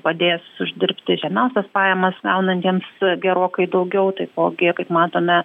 padės uždirbti žemiausias pajamas gaunantiems gerokai daugiau taipogi kaip matome